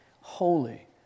Holy